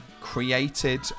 created